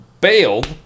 bailed